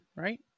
right